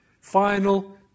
Final